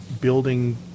building